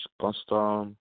custom